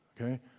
okay